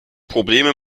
probleme